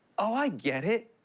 i get it.